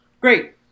Great